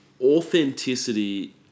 authenticity